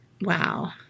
Wow